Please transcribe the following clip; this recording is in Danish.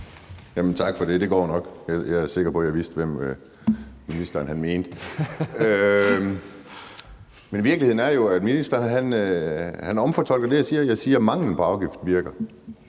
tak for det – det går nok; jeg er sikker på, jeg vidste, hvem det var, ministeren mente. Men virkeligheden er jo, at ministeren omfortolker det, jeg siger. Jeg siger, at manglen på afgift virker.